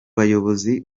bayobozi